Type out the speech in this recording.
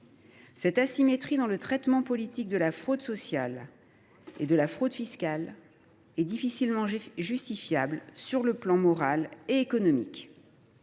L’asymétrie entre le traitement politique de la fraude sociale et celui de la fraude fiscale est difficilement justifiable sur le plan moral et économique.